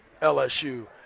LSU